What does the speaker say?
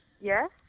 Yes